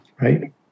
right